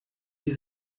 die